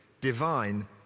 divine